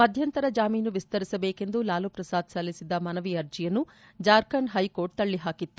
ಮಧ್ಯಂತರ ಜಾಮೀನು ವಿಸ್ತರಿಸಬೇಕೆಂದು ಲಾಲೂ ಪ್ರಸಾದ್ ಸಲ್ಲಿಸಿದ್ದ ಮನವಿ ಅರ್ಜಿಯನ್ನು ಜಾರ್ಖಂಡ್ ಹೈಕೋರ್ಟ್ ತಲ್ಲಿ ಹಾಕಿತ್ತು